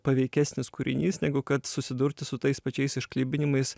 paveikesnis kūrinys negu kad susidurti su tais pačiais išklibinimais